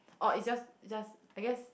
oh it's just it's just I guess